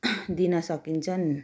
दिन सकिन्छन्